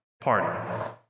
party